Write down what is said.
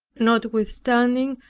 notwithstanding,